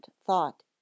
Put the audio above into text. thought